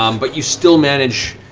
um but you still manage,